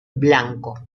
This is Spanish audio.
blanco